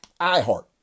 iHeart